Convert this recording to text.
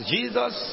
Jesus